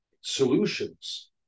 solutions